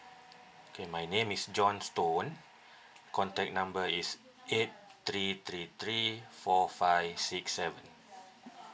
okay my name is john stone contact number is eight three three three four five six seven